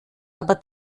aber